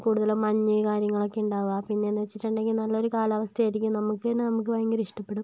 കൂടുതലും മഞ്ഞ് കാര്യങ്ങളൊക്കെ ഉണ്ടാകുക പിന്നേന്ന് വെച്ചിട്ടുണ്ടങ്കിൽ നല്ലൊരു കാലാവസ്ഥ ആയിരിക്കും നമുക്ക് തന്നെ നമുക്ക് ഭയങ്കര ഇഷ്ടപ്പെടും